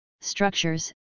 structures